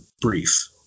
brief